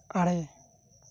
ᱟᱨᱮ